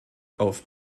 auf